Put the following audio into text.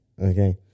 okay